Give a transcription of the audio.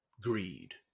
greed